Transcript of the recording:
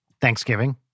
Thanksgiving